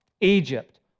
Egypt